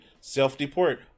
self-deport